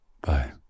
bye